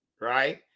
right